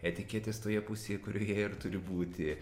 etiketės toje pusėje kurioje ir turi būti